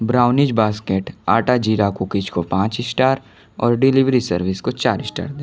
brownies basket आटा ज़ीरा cookies को पाँच स्टार और डिलीवरी सर्विस को चार स्टार दें